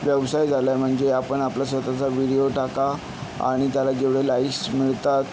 व्यवसाय झालाय म्हणजे आपण आपला स्वतःचा व्हिडिओ टाका आणि त्याला जेवढे लाईक्स मिळतात